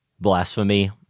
blasphemy